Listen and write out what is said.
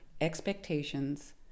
expectations